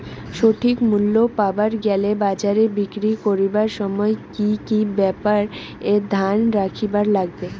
সঠিক মূল্য পাবার গেলে বাজারে বিক্রি করিবার সময় কি কি ব্যাপার এ ধ্যান রাখিবার লাগবে?